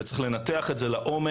וצריך לנתח את זה לעומק,